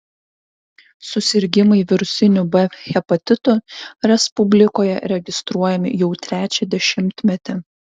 susirgimai virusiniu b hepatitu respublikoje registruojami jau trečią dešimtmetį